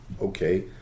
okay